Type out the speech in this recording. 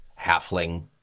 halfling